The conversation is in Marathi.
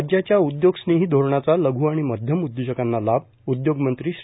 राज्याच्या उद्योगस्नेही धोरणाचा लघू आणि मध्यम उद्योजकांना लाभ उद्योगमंत्री श्री